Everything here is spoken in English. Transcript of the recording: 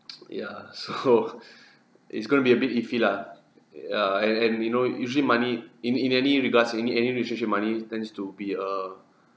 ya so it's gonna be a bit iffy lah yeah and and we know usually money in in any regards in any relationship money tends to be a